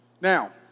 Now